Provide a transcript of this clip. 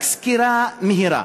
רק סקירה מהירה: